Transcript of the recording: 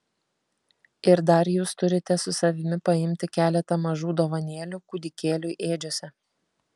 ir dar jūs turite su savimi paimti keletą mažų dovanėlių kūdikėliui ėdžiose